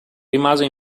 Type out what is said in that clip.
rimase